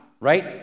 right